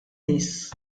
nies